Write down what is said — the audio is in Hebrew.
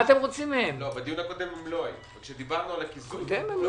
לא כאשר דיברנו על הקיזוז הוא